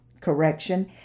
correction